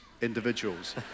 individuals